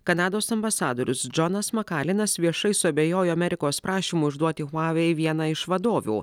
kanados ambasadorius džonas makalinas viešai suabejojo amerikos prašymu išduoti huawei vieną iš vadovių